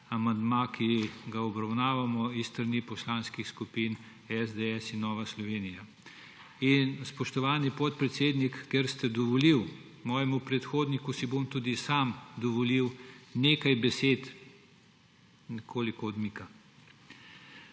amandma, ki ga obravnavamo, s strani poslanskih skupin SDS in Nova Slovenija. Spoštovani podpredsednik, ker ste dovolili mojemu predhodniku, si bom tudi sam dovolil nekaj besed odmika.